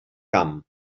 camp